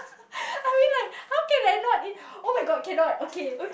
I mean like how can I not in~ oh my god cannot okay